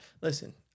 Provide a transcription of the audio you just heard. Listen